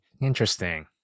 Interesting